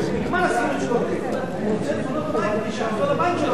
נגמרה השכירות שלו בחיפה והוא רוצה לפנות את הבית בשביל לחזור לבית שלו,